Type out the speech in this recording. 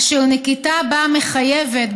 אשר נקיטה בה מחייבת,